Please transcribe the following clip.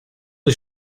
her